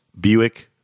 Buick